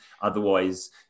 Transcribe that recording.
Otherwise